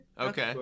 Okay